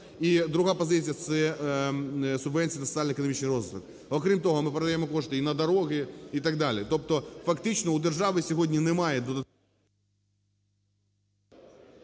І друга позиція – це субвенції на соціальний економічний розвитку, окрім того ми передаємо кошти і на дорогі, і так далі. Тобто фактично у держави сьогодні немає...